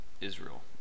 Israel